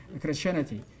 Christianity